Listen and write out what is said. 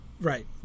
Right